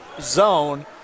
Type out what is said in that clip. zone